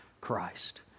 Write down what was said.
Christ